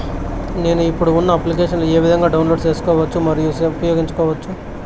నేను, ఇప్పుడు ఉన్న అప్లికేషన్లు ఏ విధంగా డౌన్లోడ్ సేసుకోవచ్చు మరియు ఉపయోగించొచ్చు?